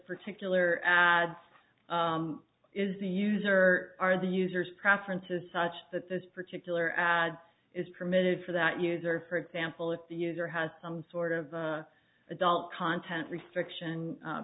particular ad is the user are the users preferences such that this particular ad is permitted for that user for example if the user has some sort of adult content restriction